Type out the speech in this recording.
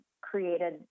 created